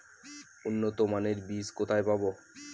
উন্নতমানের বীজ কোথায় পাব?